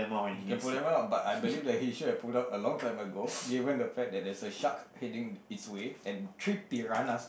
can pull them up but I believe that he should have pulled up a long time ago given the fact that there is a shark heading its way and three piranhas